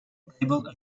table